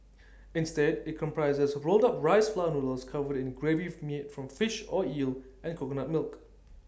instead IT comprises rolled up rice flour noodles covered in A gravy made from fish or eel and coconut milk